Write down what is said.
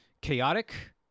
chaotic